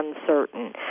uncertain